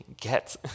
get